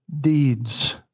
deeds